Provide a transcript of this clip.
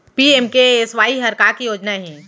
PMKSY हर का के योजना हे?